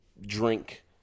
drink